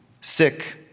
Sick